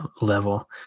level